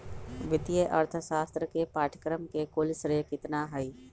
वित्तीय अर्थशास्त्र के पाठ्यक्रम के कुल श्रेय कितना हई?